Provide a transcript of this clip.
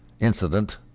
Incident